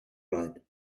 mind